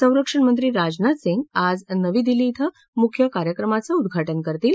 संरक्षणमंत्री राजनाथ सिंग आज नवी दिल्ली क्रं मुख्य कार्यक्रमाचं उद्घाटन करतील